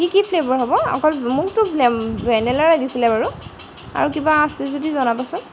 কি কি ফ্লেভাৰ হ'ব অকল মোকত ভেনেলা লাগিছিলে বাৰু আৰু কিবা আছে যদি জনাবচোন